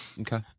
Okay